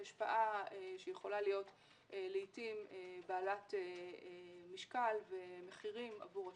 השפעה שיכולה להיות לעתים בעלת משקל ומחירים עבור השוק.